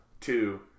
Two